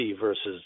versus